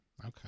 Okay